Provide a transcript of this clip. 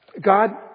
God